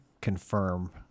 confirm